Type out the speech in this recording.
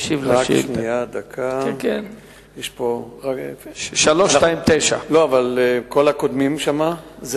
חברת הכנסת חנין זועבי שאלה את השר לביטחון פנים ביום